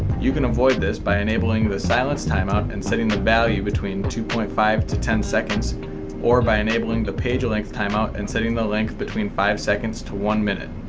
you can avoid this by enabling the silence timeout and setting the value between two point five to ten seconds or by enabling the page length timeout and setting the length between five seconds to one minute.